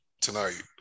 tonight